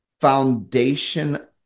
foundation